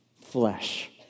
flesh